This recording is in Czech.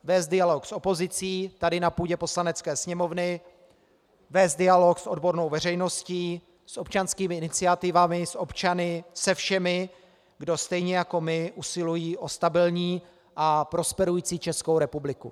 Vést dialog s opozicí tady na půdě Poslanecké sněmovny, vést dialog s odbornou veřejností, s občanskými iniciativami, s občany, se všemi, kdo stejně jako my usilují o stabilní a prosperující Českou republiku.